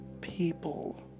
people